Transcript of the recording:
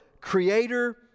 creator